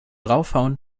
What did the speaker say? draufhauen